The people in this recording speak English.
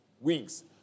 weeks